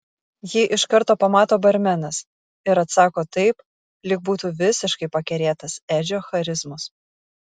jį iš karto pamato barmenas ir atsako taip lyg būtų visiškai pakerėtas edžio charizmos